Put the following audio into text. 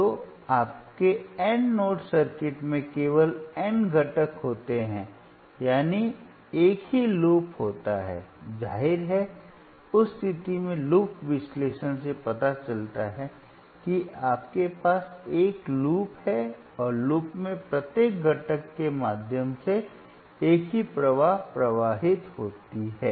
तो आपके n node circuit में केवल n घटक होते हैं यानी एक ही लूप होता है जाहिर है उस स्थिति में लूप विश्लेषण से पता चलता है कि आपके पास एक लूप है और लूप में प्रत्येक घटक के माध्यम से एक ही प्रवाह प्रवाहित होता है